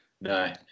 no